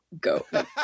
go